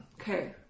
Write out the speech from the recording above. Okay